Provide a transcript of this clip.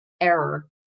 error